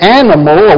animal